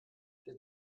der